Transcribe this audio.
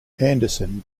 anderson